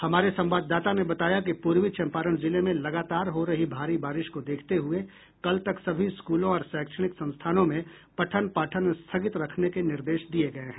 हमारे संवाददाता ने बताया कि पूर्वी चंपारण जिले में लगातार हो रही भारी बारिश को देखते हुए कल तक सभी स्कूलों और शैक्षणिक संस्थानों में पठन पाठन स्थगित रखने के निर्देश दिये गये हैं